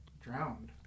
drowned